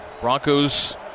Broncos